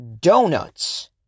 donuts